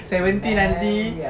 seventeen aunty